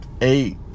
eight